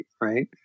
right